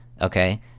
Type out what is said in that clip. okay